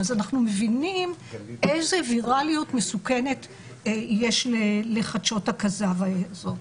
אז אנחנו מבינים איזה ויראליות מסוכנת יש לחדשות הכזב האלה.